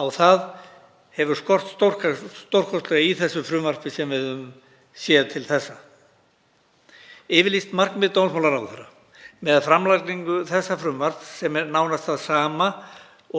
Á það hefur skort stórkostlega í því frumvarpi sem við höfum séð til þessa. Yfirlýst markmið dómsmálaráðherra með framlagningu frumvarpsins, sem er nánast það sama